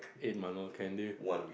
eight month old candy